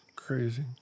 Crazy